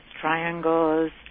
triangles